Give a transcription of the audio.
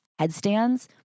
headstands